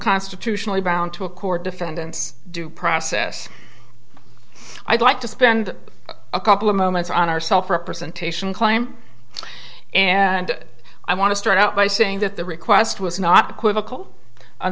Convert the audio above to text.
constitutionally bound to a court defendant's due process i'd like to spend a couple of moments on ourself representation claim and i want to start out by saying that the request was not equivocal o